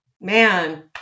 man